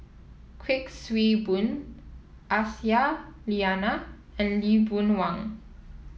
Kuik Swee Boon Aisyah Lyana and Lee Boon Wang